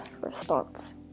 response